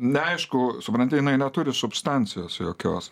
neaišku supranti jinai neturi substancijos jokios